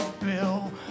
bill